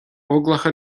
óglacha